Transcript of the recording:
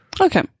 Okay